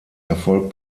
erfolg